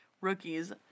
Rookies